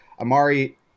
Amari